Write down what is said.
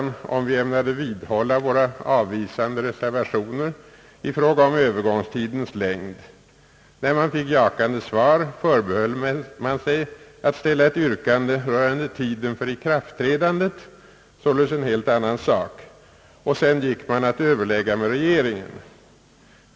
hyreslagstiftningen vi ämnade vidhålla våra avvisande reservationer i fråga om övergångstidens längd. När man fick jakande svar, förbehöll man sig rätten att ställa ett yrkande rörande tiden för lagens ikraftträdande — således en helt annan sak. Sedan gick man att överlägga med regeringen.